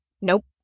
Nope